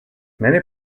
many